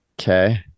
Okay